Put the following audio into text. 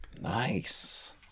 Nice